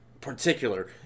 particular